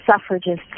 suffragists